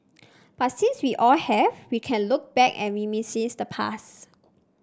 but since we all have we can look back and reminisce the past